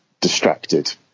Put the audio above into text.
distracted